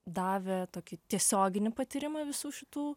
davė tokį tiesioginį patyrimą visų šitų